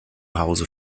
hause